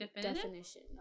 definition